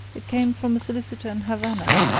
it came from a solicitor in havana,